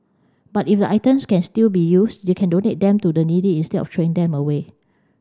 but if the items can still be used they can donate them to the needy instead of throwing them away